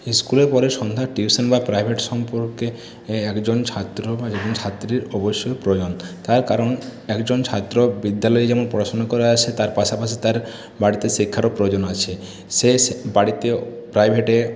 স্কুলের পরে সন্ধ্যায় টিউশন বা প্রাইভেট সম্পর্কে একজন ছাত্রর বা একজন ছাত্রীর অবশ্যই প্রয়োজন তার কারণ একজন ছাত্র বিদ্যালয়ে যেমন পড়াশোনা করে আসে তার পাশাপাশি তাঁর বাড়িতে শিক্ষারও প্রয়োজন আছে সে বাড়িতে প্রাইভেটে